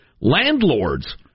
landlords